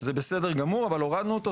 זה בסדר גמור, אבל הורדנו אותו.